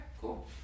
cool